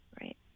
Right